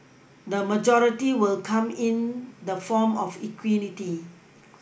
the majority will come in the form of equity